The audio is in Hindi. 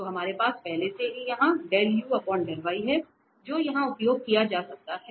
तो हमारे पास पहले से ही यहाँ है जो यहाँ उपयोग किया जा सकता है